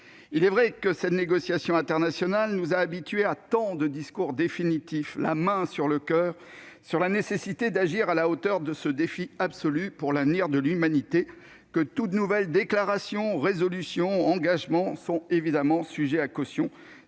Il est vrai que la négociation internationale sur le climat nous a habitués à tant de discours définitifs, la main sur le coeur, sur la nécessité d'agir à la hauteur de ce défi absolu pour l'avenir de l'humanité que toute nouvelle déclaration ou résolution, tout nouvel engagement sont évidemment sujets à caution,